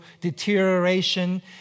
deterioration